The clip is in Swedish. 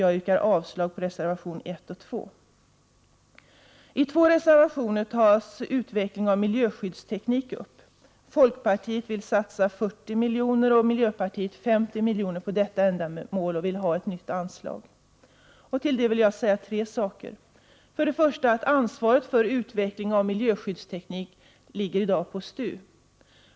Jag yrkar avslag på reservationerna 1 och 2. I två reservationer tas utveckling av miljöskyddsteknik upp. Folkpartiet vill satsa 40 miljoner och miljöpartiet 50 miljoner på detta ändamål och vill ha ett nytt anslag. Med anledning av detta ville jag säga tre saker. För det första: Ansvaret för utveckling av miljöskyddsteknik ligger i dag på STU.